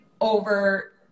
over